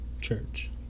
church